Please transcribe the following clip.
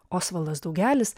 osvaldas daugelis